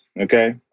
okay